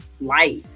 life